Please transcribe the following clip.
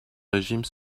régime